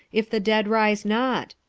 if the dead rise not?